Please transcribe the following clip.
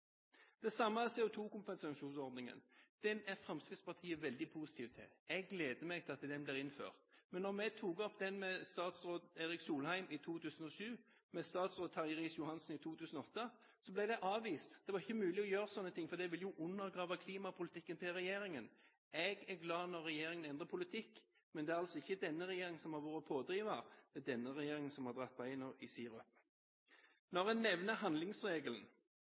Det samme gjelder CO2-kompensasjonsordningen. Den er Fremskrittspartiet veldig positiv til. Jeg gleder meg til at den blir innført. Men da vi tok opp det med tidligere statsråd Erik Solheim i 2007 og med tidligere statsråd Terje Riis-Johansen i 2008, ble det avvist. Det var ikke mulig å gjøre slike ting, for det ville undergrave klimapolitikken til regjeringen. Jeg er glad når regjeringen endrer politikk, men det er altså ikke denne regjeringen som har vært pådriver; det er denne regjeringen som har dratt beina i sirup. La meg nevne handlingsregelen.